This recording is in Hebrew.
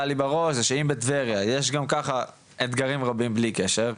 לי בראש זה שאם בטבריה יש גם ככה אתגרים רבים בלי קשר,